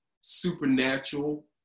supernatural